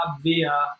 via